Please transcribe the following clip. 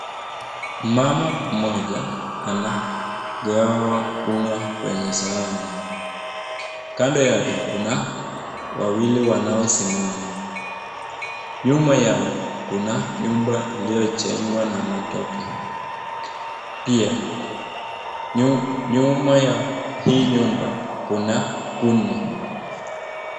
Mama mmoja anagawa kwenye sahani. Kando yake kuna wawili wanaosimama. Nyuma yao kuna nyumba iliyojengwa na matope. Pia, nyuma ya hii nyumba kuna kuni.